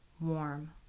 warm